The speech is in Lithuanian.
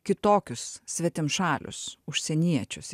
kitokius svetimšalius užsieniečius